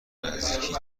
نزدیکی